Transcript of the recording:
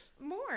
more